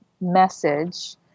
message